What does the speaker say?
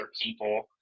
people